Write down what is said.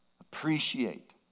appreciate